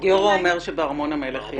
גיורא אומר שבארמון המלך יש מים.